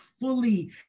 fully